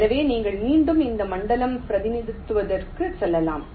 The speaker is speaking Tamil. எனவே நீங்கள் மீண்டும் அந்த மண்டல பிரதிநிதித்துவத்திற்கு செல்லலாம்